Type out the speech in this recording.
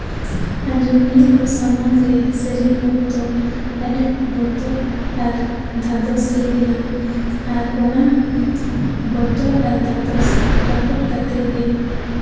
ᱟᱸᱡᱚᱢᱤᱭᱟᱹ ᱠᱚ ᱥᱟᱢᱟᱝ ᱨᱮ ᱥᱮᱨᱮᱧ ᱚᱠᱛᱚ ᱟᱹᱰᱤ ᱵᱚᱛᱚᱨ ᱟᱨ ᱫᱷᱟᱫᱚᱥ ᱦᱮᱡ ᱮᱱᱟ ᱟᱨ ᱚᱱᱟ ᱵᱚᱛᱚᱨ ᱟᱨ ᱫᱷᱟᱫᱚᱥ ᱨᱟᱹᱯᱩᱫ ᱠᱟᱛᱮ ᱜᱮ